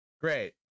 Great